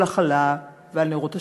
על החלה ועל נרות השבת,